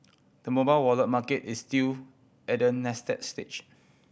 the mobile wallet market is still at a nascent stage